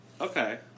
Okay